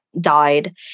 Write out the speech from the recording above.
died